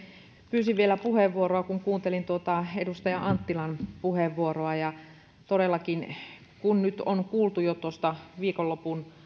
pyysin vielä puheenvuoroa kun kuuntelin tuota edustaja anttilan puheenvuoroa todellakin nyt on kuultu jo tuosta viikonlopun